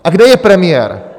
A kde je premiér?